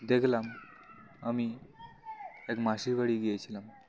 দেখলাম আমি এক মাসির বাাড়ি গিয়েছিলাম